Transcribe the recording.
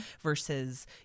versus